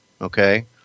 okay